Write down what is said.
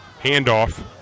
Handoff